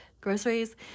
groceries